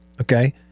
Okay